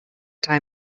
time